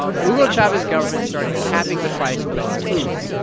the hugo chavez government started capping the price of food.